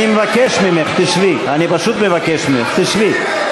אני מבקש ממך, תשבי, אני פשוט מבקש ממך, תשבי.